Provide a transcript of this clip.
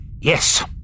Yes